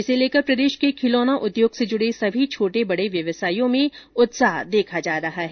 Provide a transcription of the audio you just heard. इसे लेकर प्रदेश के खिलौना उद्योग से जुड़े सभी छोटे बड़े व्यवसायियों में उत्साह देखा जा रहा है